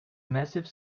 massive